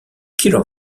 killer